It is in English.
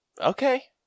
Okay